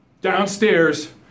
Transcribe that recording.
downstairs